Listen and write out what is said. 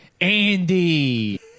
Andy